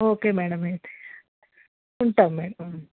okay madam అయితే ఉంటాం madam